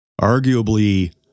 Arguably